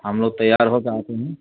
ہم لوگ تیار ہوکے آتے ہیں